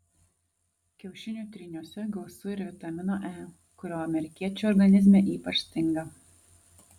kiaušinių tryniuose gausu ir vitamino e kurio amerikiečių organizme ypač stinga